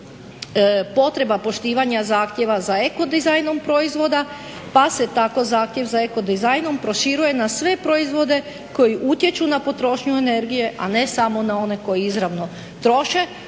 potreba poštivanja zahtjeva za eko dizajnom proizvoda, pa se tako zahtjev za eko dizajnom proširuje na sve proizvode koji utječu na potrošnju energije, a ne samo na one koji izravno troše.